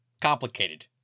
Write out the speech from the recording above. complicated